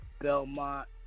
Belmont